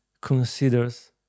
considers